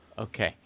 Okay